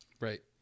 Right